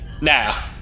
now